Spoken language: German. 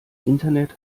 internet